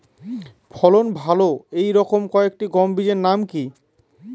ফলন ভালো এই রকম কয়েকটি গম বীজের নাম কি?